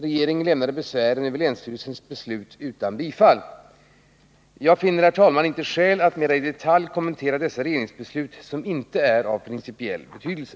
Regeringen lämnade besvären över länsstyrelsens beslut utan bifall. Jag finner inte skäl att mera i detalj kommentera dessa regeringsbeslut, som inte är av principiell betydelse.